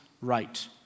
right